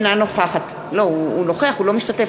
הוא נוכח, הוא לא משתתף.